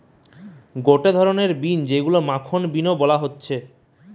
গটে ধরণের বিন যেইগুলো মাখন বিন ও বলা হতিছে